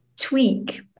tweak